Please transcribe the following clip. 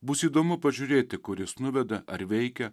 bus įdomu pažiūrėti kuris nuveda ar veikia